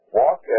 walk